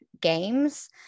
games